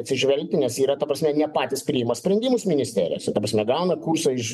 atsižvelgti nes yra ta prasme ne patys priima sprendimus ministerijose ta prasme gauna kursą iš